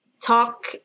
talk